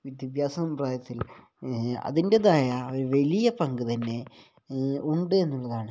വിദ്യാഭ്യാസ സമ്പ്രദായത്തിൽ അതിൻ്റേതായ ഒരു വലിയ പങ്കു തന്നെ ഉണ്ട് എന്നുള്ളതാണ്